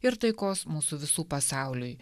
ir taikos mūsų visų pasauliui